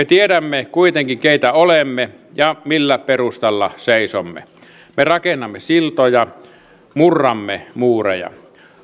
me tiedämme kuitenkin keitä olemme ja millä perustalla seisomme me rakennamme siltoja murramme muureja